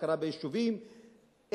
הכרה ביישובים,